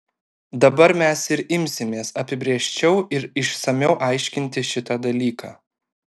dabar mes ir imsimės apibrėžčiau ir išsamiau aiškinti šitą dalyką